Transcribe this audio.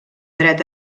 dret